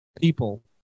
people